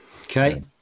Okay